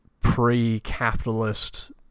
pre-capitalist